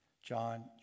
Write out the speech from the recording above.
John